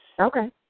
Okay